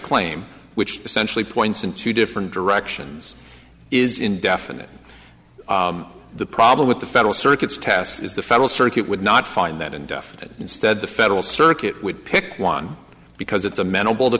claim which essentially points in two different directions is indefinite the problem with the federal circuit's test is the federal circuit would not find that and definite instead the federal circuit would pick one because it's amen